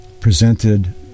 presented